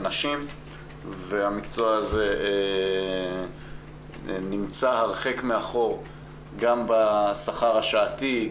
נשים והמקצוע הזה נמצא הרחק מאחור גם בשכר השעתי,